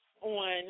on